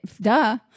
Duh